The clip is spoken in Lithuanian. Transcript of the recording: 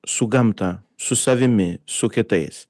su gamta su savimi su kitais